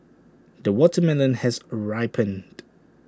the watermelon has ripened